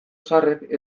zaharrek